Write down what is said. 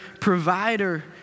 provider